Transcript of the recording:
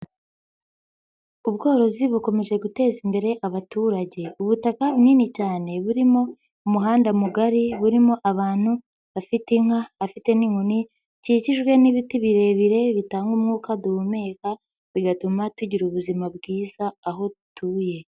Ubworozi bukomeje guteza imbere abaturage, ubutaka bunini cyane burimo umuhanda mugari, burimo abantu, bafite inka, bafite n'inkoni, bikikijwe n'ibiti birebire bitanga umwuka duhumeka, bigatuma tugira ubuzima bwiza aho dutuye.